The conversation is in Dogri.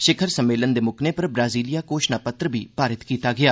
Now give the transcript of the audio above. शिखर सम्मेलन दे मुक्कने पर ब्रासीलिया घोषणा पत्तर गी पारित कीता गेआ